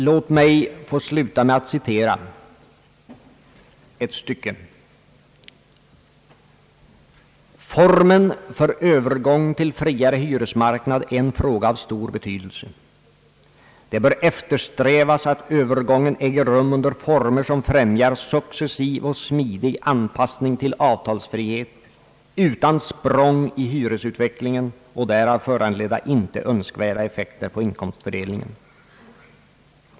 Låt mig få sluta med att citera följande: »Formen för övergång till friare hyresmarknad är en fråga av stor betydelse. Det bör eftersträvas att övergången äger rum under former som främjar successiv och smidig anpassning till avtalsfrihet utan språng i hyresutvecklingen och därav föranledda inte önskvärda effekter på inkomstfördelningen.